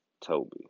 Toby